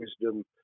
wisdom